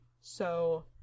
So-